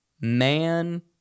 man